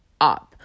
up